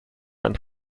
and